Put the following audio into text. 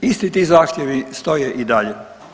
Isti ti zahtjevi stoje i dalje.